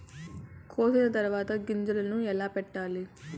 కోసిన తర్వాత గింజలను ఎలా పెట్టాలి